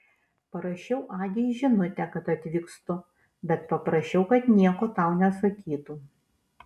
parašiau agei žinutę kad atvykstu bet paprašiau kad nieko tau nesakytų